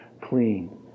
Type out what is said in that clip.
clean